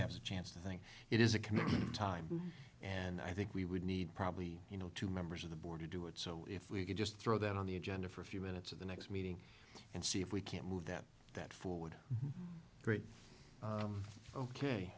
have a chance to think it is a commitment of time and i think we would need probably you know two members of the board to do it so if we could just throw that on the agenda for a few minutes of the next meeting and see if we can move that that forward great